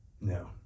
No